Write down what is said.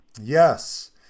Yes